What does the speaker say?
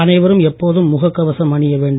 அனைவரும் எப்போதும் முகக் கவசம் அணிய வேண்டும்